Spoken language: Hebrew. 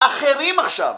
אחרים עכשיו.